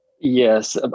Yes